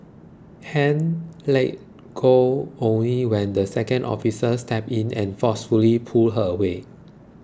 Han let go only when the second officer stepped in and forcefully pulled her away